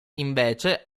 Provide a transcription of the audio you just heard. invece